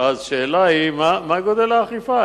השאלה היא מה היקף האכיפה,